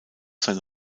seine